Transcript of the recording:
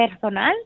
personal